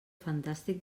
fantàstic